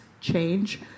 change